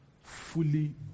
fully